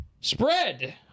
Spread